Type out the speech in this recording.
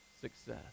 success